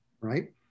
right